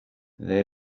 they